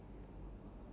okay